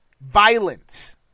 Violence